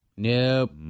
Nope